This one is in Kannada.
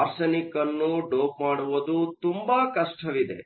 ಆರ್ಸೆನಿಕ್ ಅನ್ನು ಡೋಪ್ ಮಾಡುವುದು ತುಂಬಾ ಕಷ್ಟವಿದೆ